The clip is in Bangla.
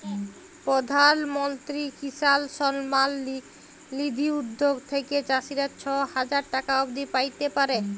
পরধাল মলত্রি কিসাল সম্মাল লিধি উদ্যগ থ্যাইকে চাষীরা ছ হাজার টাকা অব্দি প্যাইতে পারে